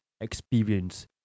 experience